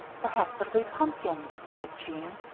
perhaps it'll be pumpkins, said jean.